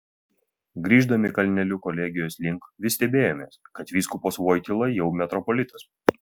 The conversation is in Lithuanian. grįždami kalneliu kolegijos link vis stebėjomės kad vyskupas voityla jau metropolitas